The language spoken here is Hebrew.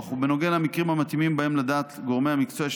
ובנוגע למקרים המתאימים שבהם לדעת גורמי המקצוע יש